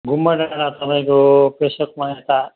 गुम्बा डाँडा तपाईँको पेशोकमा यता